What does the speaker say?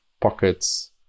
pockets